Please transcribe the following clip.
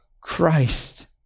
Christ